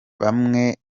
bamwe